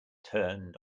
turned